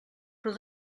però